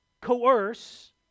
coerce